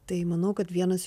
tai manau kad vienas